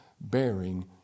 bearing